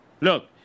Look